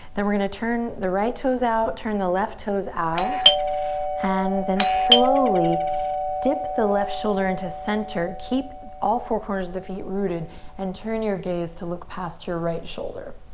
then we're going to turn the right toes out, turn the left toes out and then slowly dip the left shoulder into center. keep all four corners the feet rooted and turn your gaze to look past your right shoulder.